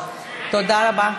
תודה רבה.